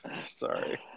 Sorry